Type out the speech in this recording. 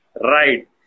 Right